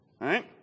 right